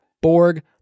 Borg